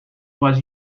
was